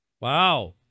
Wow